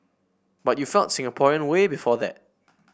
but you felt Singaporean way before that